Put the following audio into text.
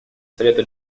совета